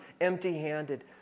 empty-handed